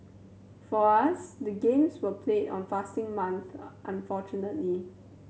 for us the games were played on fasting month unfortunately